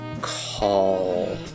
call